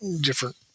different